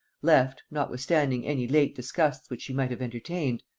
left, notwithstanding any late disgusts which she might have entertained,